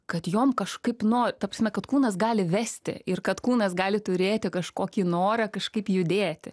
kad jom kažkaip nu ta prasme kad kūnas gali vesti ir kad kūnas gali turėti kažkokį norą kažkaip judėti